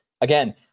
again –